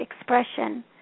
expression